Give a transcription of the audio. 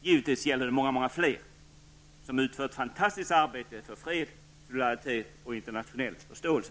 Givetvis gäller det många många fler som utför ett fantastiskt arbete för fred, solidaritet och internationell förståelse.